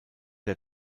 der